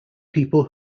people